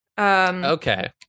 Okay